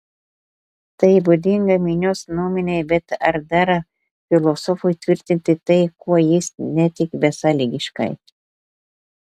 tai būdinga minios nuomonei bet ar dera filosofui tvirtinti tai kuo jis netiki besąlygiškai